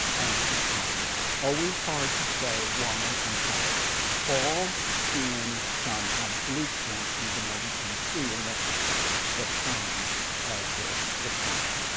and the economy. it's always hard to say why empires fall in some absolute sense, even though we can see in retrospect the signs of their decline.